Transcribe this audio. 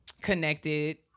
connected